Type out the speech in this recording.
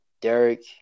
Derek